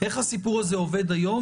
הסיפור הזה עובד היום?